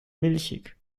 milchig